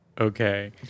Okay